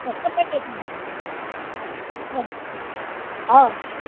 सब थोक पाउँछ हवस्